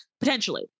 potentially